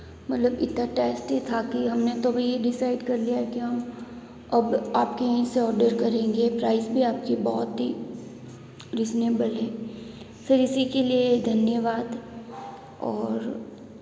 मतलब इतना टेस्टी था कि हमने तो अभी यह डिसाइड कर लिया कि हम अब आपके यहीं से ऑर्डर करेंगे प्राइस भी आपके बहुत ही रीज़नेबल है सर इसी के लिए धन्यवाद और